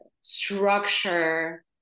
structure